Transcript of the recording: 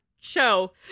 show